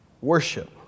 worship